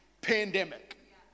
pandemic